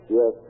Yes